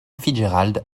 fitzgerald